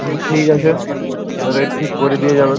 হুম ঠিক আছে রেট ঠিক করে দিয়ে যাবে